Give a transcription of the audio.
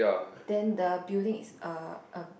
then the building is a a